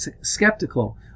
skeptical